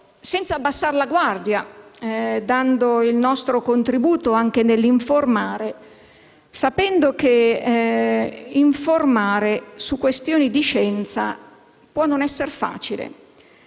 senza abbassare la guardia, dando il nostro contributo anche nell'informare, sapendo che informare su questioni di scienza può non essere facile.